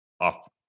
off